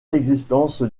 existence